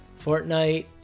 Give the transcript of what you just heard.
Fortnite